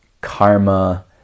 karma